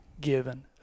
given